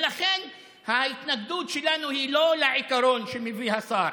ולכן ההתנגדות שלנו היא לא לעיקרון שמביא השר